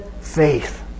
faith